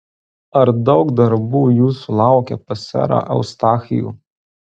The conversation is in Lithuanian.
ar daug darbų jūsų laukia pas serą eustachijų